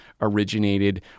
originated